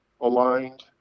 aligned